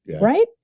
right